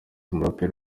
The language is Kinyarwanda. umuraperi